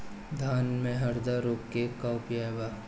धान में हरदा रोग के का उपाय बा?